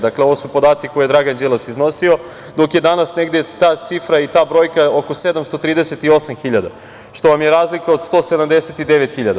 Dakle, ovo su podaci koje je Dragan Đilas iznosio, dok je danas ta cifra i taj brojka negde oko 738.000, što vam je razlika od 179.000.